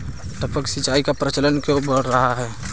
टपक सिंचाई का प्रचलन क्यों बढ़ रहा है?